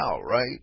right